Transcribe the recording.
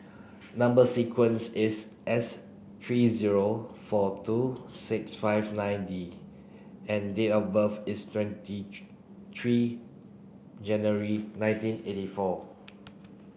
number sequence is S three zero four two six five nine D and date of birth is twenty three January nineteen eighty four